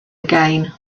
again